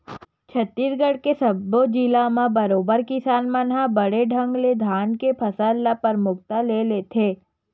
छत्तीसगढ़ के सब्बो जिला म बरोबर किसान मन ह बने ढंग ले धान के फसल ल परमुखता ले लेथे